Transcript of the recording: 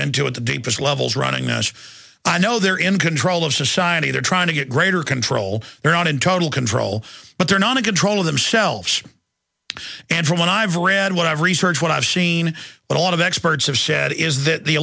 into at the deepest levels running national i know they're in control of society they're trying to get greater control their own in total control but they're not a control of themselves and from what i've read what i've researched what i've seen but a lot of experts have said is that the